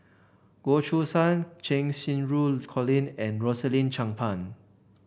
Goh Choo San Cheng Xinru Colin and Rosaline Chan Pang